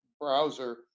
browser